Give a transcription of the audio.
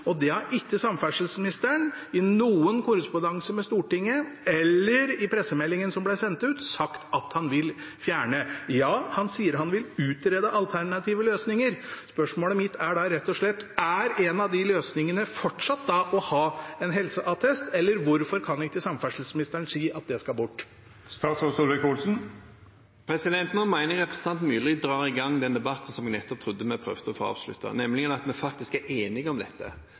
og den har ikke samferdselsministeren i noen korrespondanse med Stortinget eller i pressemeldingen som ble sendt ut, sagt at han vil fjerne. Han sier han vil utrede alternative løsninger. Spørsmålet mitt er rett og slett: Er én av løsningene fortsatt å ha en helseattest – eller hvorfor kan ikke samferdselsministeren si at den skal bort? Nå mener jeg representanten Myrli drar i gang den debatten som jeg nettopp trodde vi prøvde å få avsluttet. Vi er faktisk enige om at vi